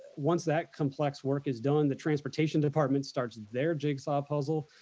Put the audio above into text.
once that complex work is done, the transportation department starts their jigsaw puzzle,